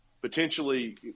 potentially